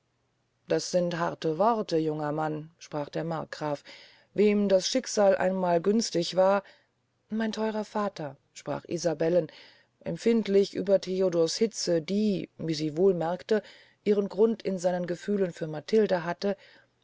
das sind harte worte junger mann sprach der markgraf wem das schicksal einmal günstig war mein theurer vater sprach isabelle empfindlich über theodors hitze die wie sie wohl merkte ihren grund in seinen gefühlen für matilde hatte